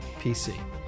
PC